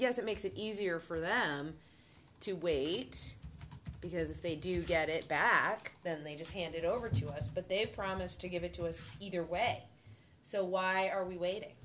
us it makes it easier for them to wait because if they do get it back then they just hand it over to us but they've promised to give it to us either way so why are we waiting